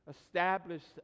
established